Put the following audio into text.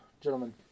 gentlemen